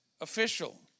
official